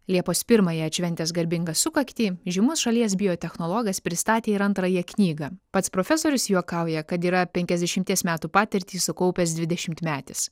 liepos pirmąją atšventęs garbingą sukaktį žymus šalies biotechnologas pristatė ir antrąją knygą pats profesorius juokauja kad yra penkiasdešimties metų patirtį sukaupęs dvidešimtmetis